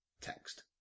text